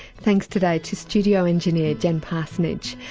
thanks today to studio engineer jen parsonage,